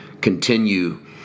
continue